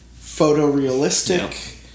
photorealistic